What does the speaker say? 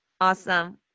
awesome